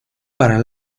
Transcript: para